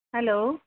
hello